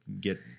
get